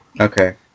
Okay